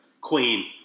Queen